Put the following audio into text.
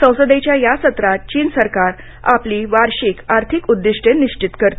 संसदेच्या या सत्रात चीन सरकार आपली वार्षिक आर्थिक उद्दिष्टे निश्चित करते